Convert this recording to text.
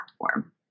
platform